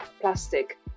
plastic